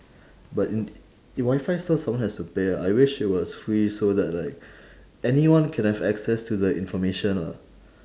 but in i~ wi-fi still someone has to pay lah I wish it was free so that like anyone can have access to the information lah